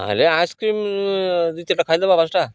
ନହେଲେ ଆଇସ୍କ୍ରିମ ଦୁଇଚାରିଟା ଖାଇଦେବା ପାଞ୍ଚଟା